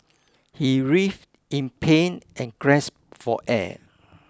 he writhed in pain and grasped for air